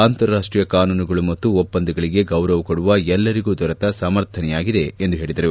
ಅಂತಾರಾಷ್ಷೀಯ ಕಾನೂನುಗಳು ಮತ್ತು ಒಪ್ಪಂದಗಳಿಗೆ ಗೌರವ ಕೊಡುವ ಎಲ್ಲರಿಗೂ ದೊರೆತ ಸಮರ್ಥನೆಯಾಗಿದೆ ಎಂದು ಹೇಳಿದರು